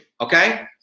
Okay